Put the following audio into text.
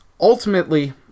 ultimately